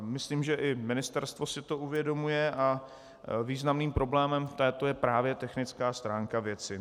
Myslím, že i ministerstvo si to uvědomuje, a významným problémem této je právě technická stránka věci.